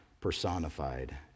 personified